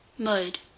Mode